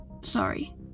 sorry